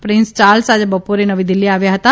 prince Charles આજે બપોરે નવી દીલ્હીમાં આવ્યા હતા